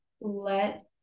let